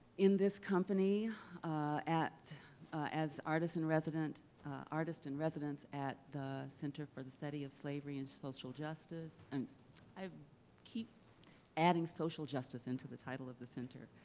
in this company as artist-in-residence artist-in-residence at the center for the study of slavery and social justice and i keep adding social justice into the title of the center,